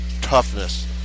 toughness